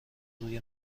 روی